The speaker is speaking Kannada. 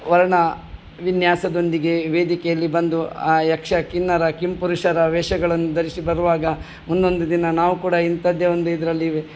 ವರ್ಣ ವಿನ್ಯಾಸದೊಂದಿಗೆ ವೇದಿಕೆಯಲ್ಲಿ ಬಂದು ಆ ಯಕ್ಷ ಕಿನ್ನರ ಕಿಂಪುರುಷರ ವೇಷಗಳನ್ನು ಧರಿಸಿ ಬರುವಾಗ ಮುಂದೊಂದು ದಿನ ನಾವು ಕೂಡ ಇಂಥದ್ದೇ ಒಂದು ಇದರಲ್ಲಿ